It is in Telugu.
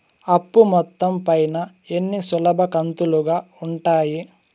అప్పు మొత్తం పైన ఎన్ని సులభ కంతులుగా ఉంటాయి?